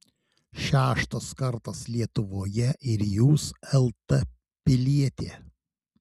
šeštas kartas lietuvoje ir jūs lt pilietė